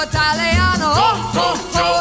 Italiano